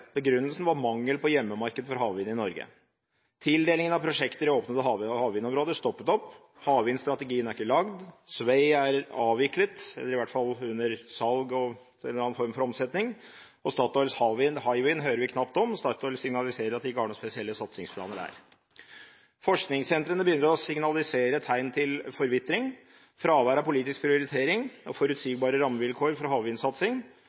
Begrunnelsen var mangel på hjemmemarked for havvind i Norge. Tildelingen av prosjekter i åpnede havvindområder stoppet opp, havvindstrategien er ikke laget, Sway er avviklet – eller iallfall under salg og en eller annen form for omsetning – og Statoils Hywind hører vi knapt om. Statoil signaliserer at de ikke har noen spesielle satsingsplaner der. Forskningssentrene begynner å signalisere tegn til forvitring. Fravær av politisk prioritering og forutsigbare rammevilkår for havvindsatsing